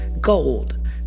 gold